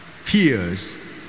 fears